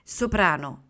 soprano